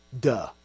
Duh